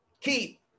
keep